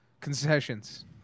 concessions